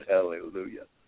Hallelujah